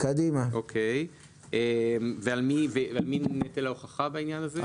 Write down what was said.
על מי נטל ההוכחה בעניין הזה?